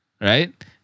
Right